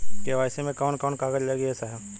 KYC मे कवन कवन कागज लगी ए साहब?